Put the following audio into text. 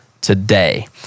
Today